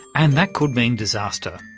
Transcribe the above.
and that could mean disaster!